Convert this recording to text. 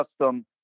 custom